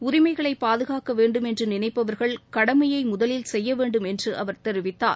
உரிமைகளை பாதுகாக்க வேண்டும் என்று நினைப்பவர்கள் கடமையை முதலில் செய்ய வேண்டும் என்று அவர் தெரிவித்தார்